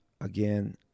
again